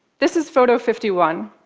this is photo fifty one.